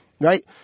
Right